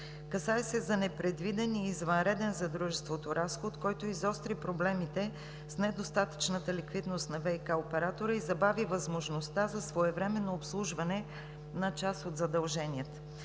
Касае се за непредвиден и извънреден за Дружеството разход, който изостри проблемите с недостатъчната ликвидност на ВиК оператора и забави възможността за своевременно обслужване на част от задълженията.